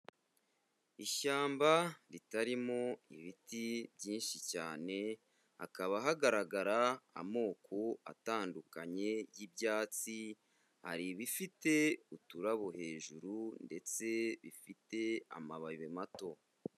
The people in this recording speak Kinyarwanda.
Ishyamba ritarimo ibiti byinshi cyane, hakaba hagaragara amoko atandukanye y'ibyatsi, hari ibifite uturabo hejuru ndetse bifite amababi mato.